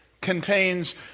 contains